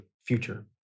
future